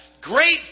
great